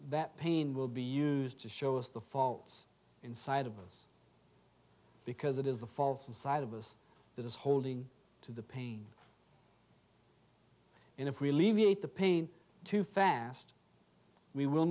that pain will be used to show us the faults inside of us because it is the false inside of us that is holding to the pain and if we leave you hate the pain too fast we will